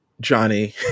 Johnny